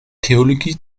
theologie